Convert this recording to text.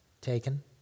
taken